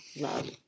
love